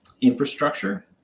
infrastructure